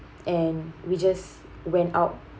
and we just went out